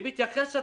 היא מתייחסת